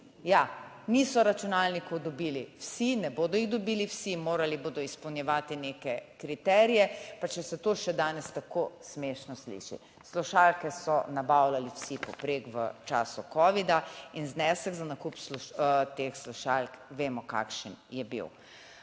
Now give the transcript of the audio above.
Ja, niso računalnikov dobili vsi, ne bodo jih dobili vsi, morali bodo izpolnjevati neke kriterije, pa če se to še danes tako smešno sliši. Slušalke so nabavljali vsi povprek v času covida in znesek za nakup teh slušalk, vemo, kakšen je bil.